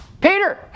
Peter